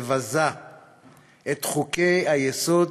מבזה את חוקי-היסוד